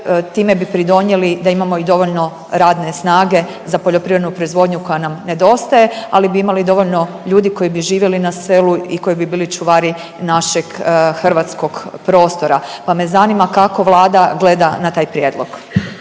Time bi pridonijeli da imamo i dovoljno radne snage za poljoprivrednu proizvodnju koja nam nedostaje, ali bi imali dovoljno ljudi koji bi živjeli na selu i koji bi bili čuvari našeg hrvatskog prostora pa me zanima kako Vlada gleda na taj prijedlog?